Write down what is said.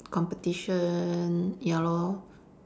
competition ya lor